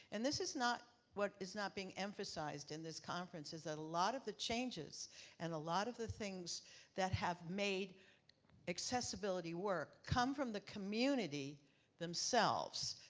and this is not what is being emphasized in this conference, is a lot of the changes and a lot of the things that have made accessibility work come from the community themselves.